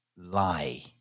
lie